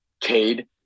Cade